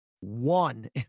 one